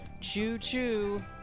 Choo-choo